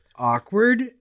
Awkward